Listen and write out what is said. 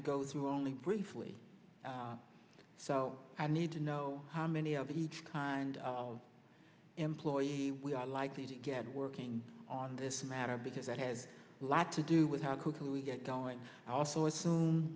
to go through only briefly so i need to know how many of each kind of employees we are likely to get working on this matter because i had a lot to do with how quickly we get going and also as